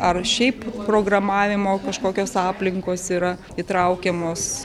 ar šiaip programavimo kažkokios aplinkos yra įtraukiamos